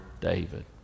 David